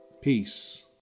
Peace